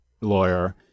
lawyer